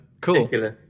Cool